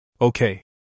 Okay